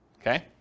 Okay